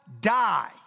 die